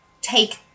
take